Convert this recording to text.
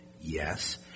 Yes